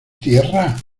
tierra